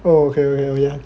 oh okay okay ah